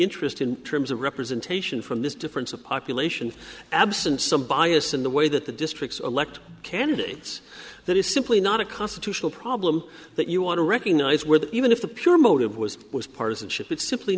interest in terms of representation from this difference of population absent some bias in the way that the districts elect candidates that is simply not a constitutional problem that you want to recognize where that even if the pure motive was was partisanship it's simply